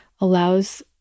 allows